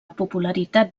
popularitat